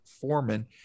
foreman